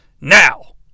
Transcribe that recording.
Now